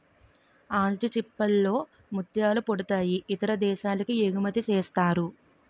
ఆల్చిచిప్పల్ లో ముత్యాలు పుడతాయి ఇతర దేశాలకి ఎగుమతిసేస్తారు